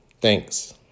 Thanks